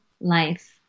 life